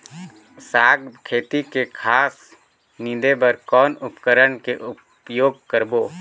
साग खेती के घास निंदे बर कौन उपकरण के उपयोग करबो?